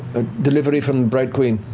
ah delivery from bright queen.